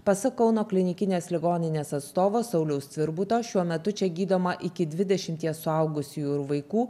pasak kauno klinikinės ligoninės atstovo sauliaus tvirbuto šiuo metu čia gydoma iki dvidešimties suaugusiųjų ir vaikų